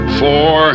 four